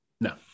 No